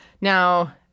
Now